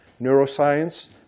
neuroscience